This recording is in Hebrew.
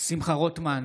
שמחה רוטמן,